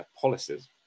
policies